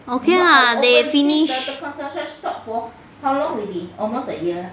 okay lah they finish